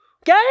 Okay